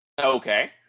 Okay